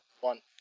One